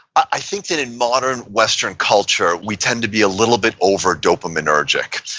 i think that in modern western culture, we tend to be a little bit over-dopaminergic.